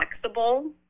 flexible